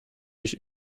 mich